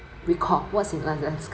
recall what's in alaska